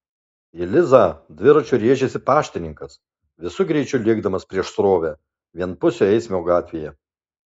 į lizą dviračiu rėžėsi paštininkas visu greičiu lėkdamas prieš srovę vienpusio eismo gatvėje